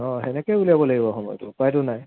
অঁ তেনেকৈ উলিয়াব লাগিব সময়টো উপায়তো নাই